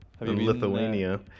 Lithuania